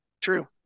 True